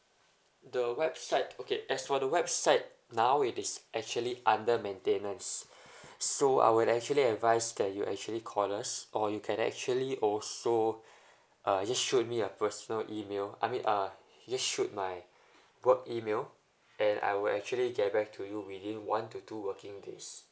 the website okay as for the website now it is actually under maintenance so I would actually advise that you actually call us or you can actually also uh just shoot me a personal email I mean uh just shoot my work email and I will actually get back to you within one to two working days